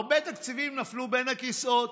הרבה תקציבים נפלו בין הכיסאות,